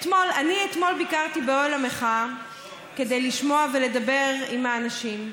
אני אתמול ביקרתי באוהל המחאה כדי לשמוע ולדבר עם האנשים,